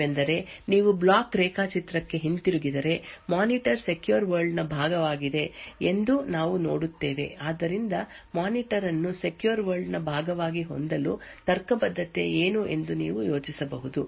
ಯೋಚಿಸಬೇಕಾದ ಇನ್ನೊಂದು ವಿಷಯವೆಂದರೆ ನೀವು ಬ್ಲಾಕ್ ರೇಖಾಚಿತ್ರಕ್ಕೆ ಹಿಂತಿರುಗಿದರೆ ಮಾನಿಟರ್ ಸೆಕ್ಯೂರ್ ವರ್ಲ್ಡ್ ನ ಭಾಗವಾಗಿದೆ ಎಂದು ನಾವು ನೋಡುತ್ತೇವೆ ಆದ್ದರಿಂದ ಮಾನಿಟರ್ ಅನ್ನು ಸೆಕ್ಯೂರ್ ವರ್ಲ್ಡ್ ನ ಭಾಗವಾಗಿ ಹೊಂದಲು ತರ್ಕಬದ್ಧತೆ ಏನು ಎಂದು ನೀವು ಯೋಚಿಸಬಹುದು